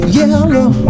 yellow